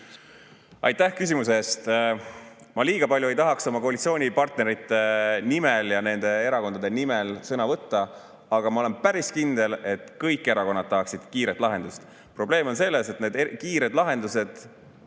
Aitäh küsimuse eest! Ma liiga palju ei tahaks oma koalitsioonipartnerite nimel ja nende erakondade nimel sõna võtta, aga ma olen päris kindel, et kõik erakonnad tahaksid kiiret lahendust. Probleem on selles, et need kiired lahendused